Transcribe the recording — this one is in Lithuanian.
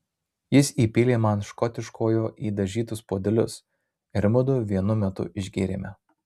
jis įpylė man škotiškojo į dažytus puodelius ir mudu vienu metu išgėrėme